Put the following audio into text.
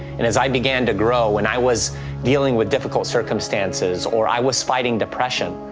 and as i began to grow, when i was dealing with difficult circumstances or i was fighting depression,